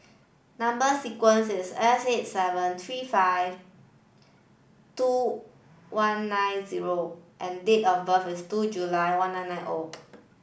number sequence is S eight seven three five two one nine zero and date of birth is two July one nine nine O